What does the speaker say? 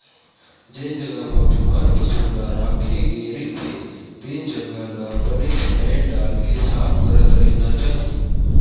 जेन जघा म बेमार पसु ल राखे गे रहिथे तेन जघा ल बने फिनाईल डालके साफ करत रहिना चाही